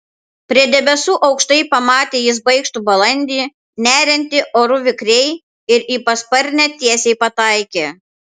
prie debesų aukštai pamatė jis baikštų balandį neriantį oru vikriai ir į pasparnę tiesiai pataikė